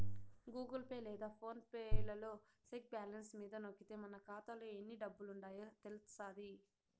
Google Pay లేదా PhonePe లలో check balance మీద నొక్కితే మన కాతాలో ఎన్ని డబ్బులుండాయో తెలస్తాది